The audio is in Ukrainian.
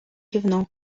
гівно